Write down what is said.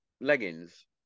leggings